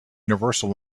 universal